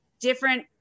different